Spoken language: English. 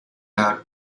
out